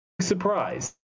surprise